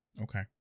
okay